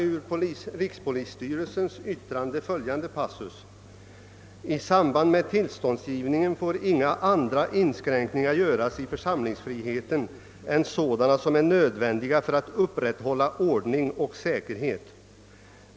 Ur rikspolisstyrelsens yttrande vill jag citera följande passus: »I samband med tillståndsgivningen får inga andra inskränkningar göras i församlingsfriheten än sådana som är nödvändiga för att upprätthålla ordning och säkerhet.